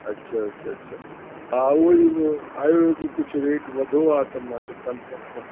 अच्छा अच्छा अच्छा हा उहा ई आहे की कुझु रेट वधो आहे त मां चयो कंफर्म कयां